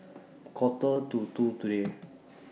Quarter to two today